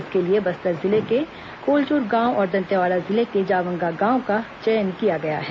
इसके लिए बस्तर जिले के कोलचूर गांव और दंतेवाड़ा जिले के जावंगा गांव का चयन किया गया है